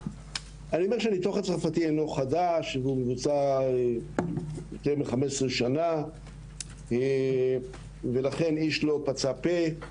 הניתוח הצרפתי אינו חדש והוא מבוצע יותר מ-15 שנה ולכן איש לא פצה פה.